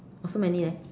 oh so many leh